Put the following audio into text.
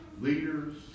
leaders